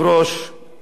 חברי הכנסת,